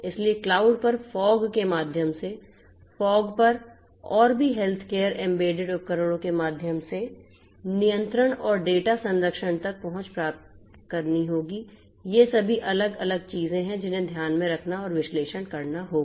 इसलिए क्लाउड पर फोग के माध्यम से फोग पर और भी हेल्थकेयर एम्बेडेड उपकरणों के माध्यम से नियंत्रण और डेटा संरक्षण तक पहुंच प्राप्त करें ये सभी अलग अलग चीजें हैं जिन्हें ध्यान में रखना और विश्लेषण करना होगा